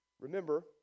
remember